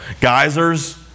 Geysers